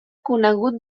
conegut